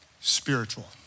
spiritual